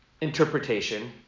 interpretation